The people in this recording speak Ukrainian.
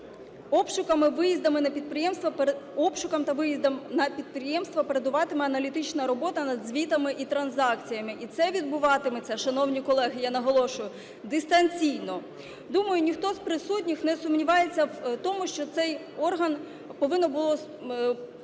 Обшукам та виїздам на підприємства передуватиме аналітична робота над звітами і транзакціями і це відбуватиметься, шановні колеги, я наголошую, дистанційно. Думаю, ніхто з присутніх не сумнівається в тому, що цей орган повинні були ми з вами